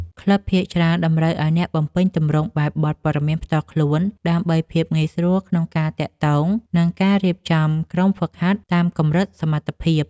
ក្លឹបភាគច្រើនតម្រូវឱ្យអ្នកបំពេញទម្រង់បែបបទព័ត៌មានផ្ទាល់ខ្លួន ដើម្បីភាពងាយស្រួលក្នុងការទាក់ទង និងការរៀបចំក្រុមហ្វឹកហាត់តាមកម្រិតសមត្ថភាព។